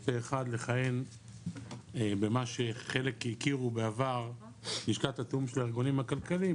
פה אחד לכהן במה שחלק הכירו בעבר לשכת התיאום של הארגונים הכלכליים,